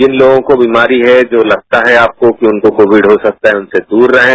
pin लोगों को बीमारी है र्जा लगता है कि आपको कि उनको कोविड हो सकता है उनसे दूर रहें